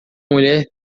mulher